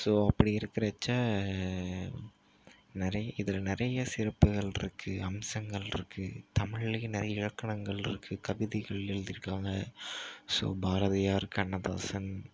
so அப்படி இருக்கிறச்ச நிறைய இதில் நிறைய சிறப்புகள் இருக்குது அம்சங்கள் இருக்குது தமிழ்ழயும் நிறைய இலக்கணங்கள் இருக்குது கவிதைகள் எழுதிருக்காங்கள் ஸோ பாரதியார் கண்ணதாசன்